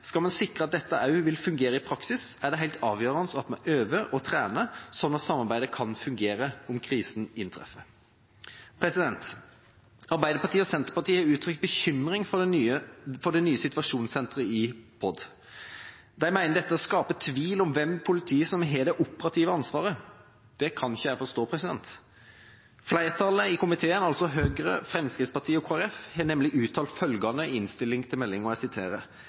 skal man sikre at dette også vil fungere i praksis, er det helt avgjørende at man øver og trener, slik at samarbeidet kan fungere om krisen inntreffer. Arbeiderpartiet og Senterpartiet har uttrykt bekymring for det nye situasjonssenteret i Politidirektoratet. De mener at dette skaper tvil om hvem i politiet som har det operative ansvaret. Det kan jeg ikke forstå. Et flertall i komiteen, altså Høyre, Fremskrittspartiet og Kristelig Folkeparti, har nemlig uttalt følgende i innstillinga til